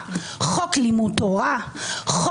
הוא הולך ישר --- הוא